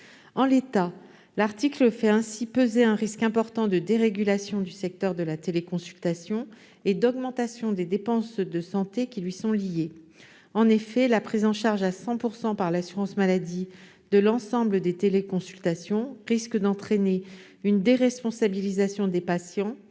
En l'état, l'article fait ainsi peser un risque important de dérégulation du secteur de la téléconsultation et d'augmentation des dépenses de santé afférentes. En effet, la prise en charge à 100 % de l'ensemble des téléconsultations par l'assurance maladie risque d'entraîner une déresponsabilisation des patients,